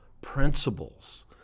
principles